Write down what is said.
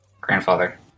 grandfather